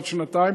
עוד שנתיים,